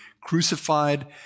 crucified